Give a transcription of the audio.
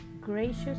Gracious